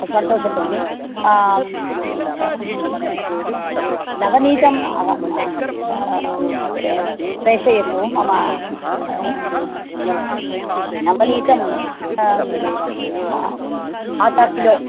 सन्तोषं भगिनि आं नवनीतम् अहं आं प् प्रेषयतु मम नवनीतं हा आदा किलो